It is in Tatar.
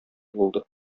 булды